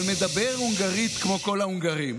אבל מדבר הונגרית כמו כל ההונגרים,